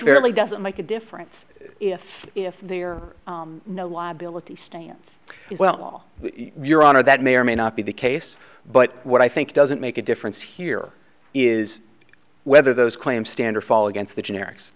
really doesn't make a difference if if they are no liability stance well your honor that may or may not be the case but what i think doesn't make a difference here is whether those claims stand or fall against the generics